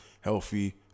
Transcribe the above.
healthy